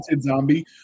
zombie